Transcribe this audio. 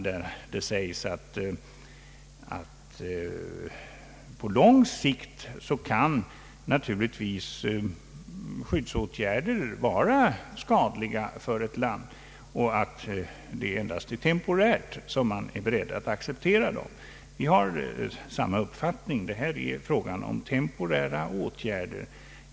Där heter det att skyddsåtgärder på lång sikt kan vara skadliga för ett land och att han endast temporärt är beredd att acceptera dem. Vi har samma uppfattning, att det här är fråga om temporära åtgärder.